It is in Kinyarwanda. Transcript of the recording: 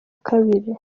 kabiri